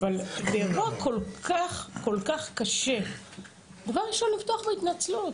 אבל באירוע כל כך קשה דבר ראשון לפתוח בהתנצלות.